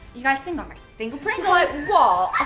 you guys single? single pringle. what?